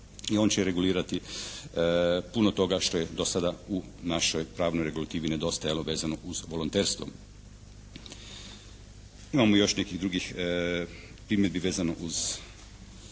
i on će regulirati puno toga što je do sada u našoj pravnoj regulativi nedostajalo vezano uz volonterstvo. No imamo još nekih drugih primjedbi vezano uz